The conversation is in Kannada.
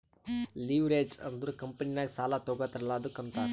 ಲಿವ್ರೇಜ್ ಅಂದುರ್ ಕಂಪನಿನಾಗ್ ಸಾಲಾ ತಗೋತಾರ್ ಅಲ್ಲಾ ಅದ್ದುಕ ಅಂತಾರ್